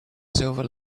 silver